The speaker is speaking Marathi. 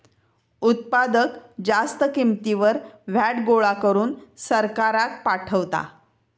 उत्पादक जास्त किंमतीवर व्हॅट गोळा करून सरकाराक पाठवता